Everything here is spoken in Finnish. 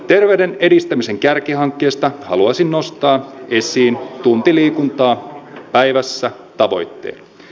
terveyden edistämisen kärkihankkeesta haluaisin nostaa esiin tunti liikuntaa päivässä tavoitteen